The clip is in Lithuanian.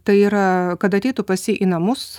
tai yra kad ateitų pas jį į namus